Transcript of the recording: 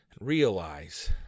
Realize